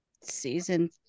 Season